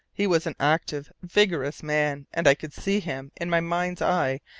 he was an active, vigorous man, and i could see him in my mind's eye,